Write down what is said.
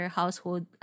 household